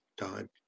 time